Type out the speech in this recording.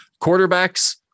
quarterbacks